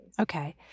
Okay